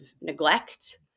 neglect